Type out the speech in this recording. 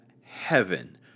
heaven